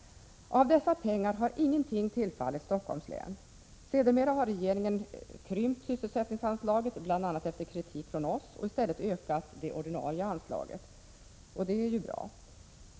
Av dessa pengar har ingenting tillfallit Stockholms län. Sedermera har regeringen krympt sysselsättningsanslaget, bl.a. efter kritik från oss, och i stället ökat det ordinarie anslaget. Det är bra.